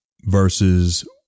versus